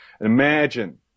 Imagine